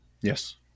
Yes